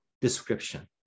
description